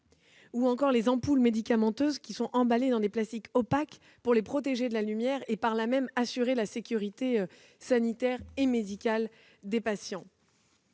ou les ampoules médicamenteuses emballées dans des plastiques opaques pour les protéger de la lumière et, par là même, assurer la sécurité sanitaire et médicale des patients.